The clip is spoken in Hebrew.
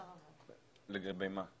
לגבי מה?